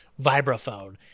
vibraphone